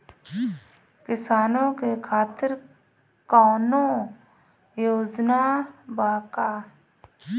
किसानों के खातिर कौनो योजना बा का?